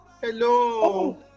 Hello